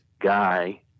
guy